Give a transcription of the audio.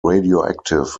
radioactive